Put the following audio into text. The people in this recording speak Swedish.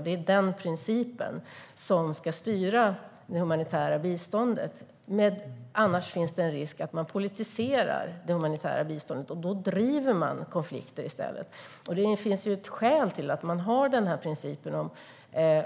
Det är den principen som ska styra det humanitära biståndet. Annars finns det en risk för att man politiserar det biståndet, och då driver man i stället på konflikter. Det finns ett skäl till att man har principen om